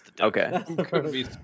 Okay